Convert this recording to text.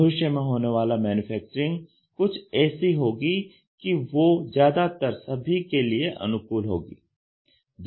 भविष्य में होने वाला मैन्युफैक्चरिंग कुछ ऐसी होगी कि वो ज्यादातर सभी के लिए अनुकूल होगी